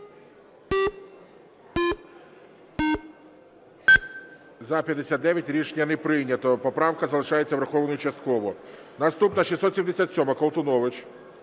За-59 Рішення не прийнято. Поправка залишається врахованою частково. Наступна 677-а. Колтунович.